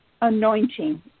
anointing